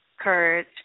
courage